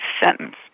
sentence